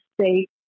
state